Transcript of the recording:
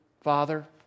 Father